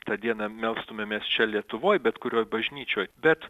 tą dieną melstumėmės čia lietuvoj bet kurioj bažnyčioj bet